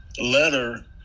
letter